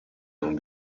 non